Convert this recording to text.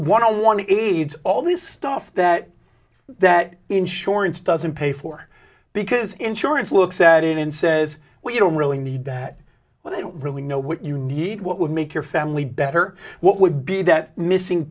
to aids all these stuff that that insurance doesn't pay for because insurance looks at it and says well you don't really need that but i don't really know what you need what would make your family better what would be that missing